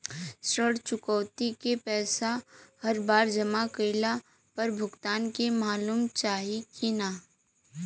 ऋण चुकौती के पैसा हर बार जमा कईला पर भुगतान के मालूम चाही की ना?